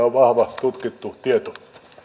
on vahva tutkittu tieto